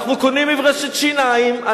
אנחנו קונים מברשת שיניים,